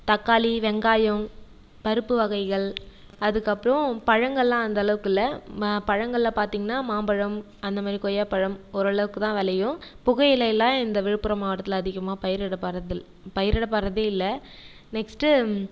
தக்காளி வெங்காயம் பருப்பு வகைகள் அதுக்கப்பறம் பழங்கள்லாம் அந்தளவுக்கு இல்லை பழங்களில் பார்த்தீங்கனா மாம்பழம் அந்தமாதிரி கொய்யா பழம் ஓரளவுக்கு தான் விளையும் புகையிலைலாம் இந்த விழுப்புரம் மாவட்டத்தில் அதிகமாக பயிரிடபடுறதில்லை பயிரடப்படுறதே இல்லை நெக்ஸ்ட்டு